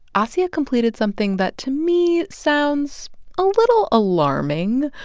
acia completed something that to me sounds a little alarming.